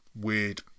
weird